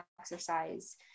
exercise